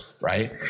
right